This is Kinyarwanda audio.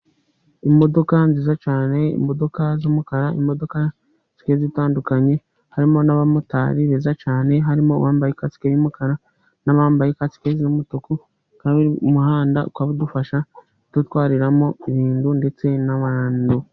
Imodoka nziza cyane, imodoka z'umukara, imodoka zigiye zitandukanye, harimo n’abamotari beza cyane, harimo uwambaye kasike y’umukara, n’abambaye kasike z’umutuku. Kandi umuhanda ukaba udufasha kudutwariramo ibintu ndetse n’abantu.